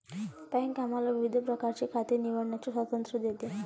bank आम्हाला विविध प्रकारची खाती निवडण्याचे स्वातंत्र्य देते